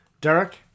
Derek